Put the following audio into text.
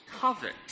covet